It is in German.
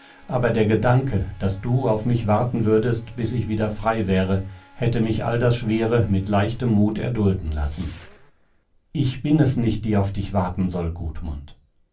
aber der gedanke daß du auf mich warten würdest bis ich wieder frei wäre hätte mich all das schwere mit leichtem mut erdulden lassen ich bin es nicht die auf dich warten soll gudmund